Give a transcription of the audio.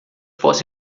posso